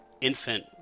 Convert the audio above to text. infant